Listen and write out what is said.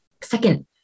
Second